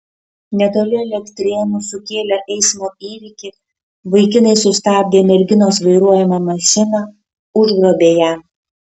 netoli elektrėnų sukėlę eismo įvykį vaikinai sustabdė merginos vairuojamą mašiną užgrobė ją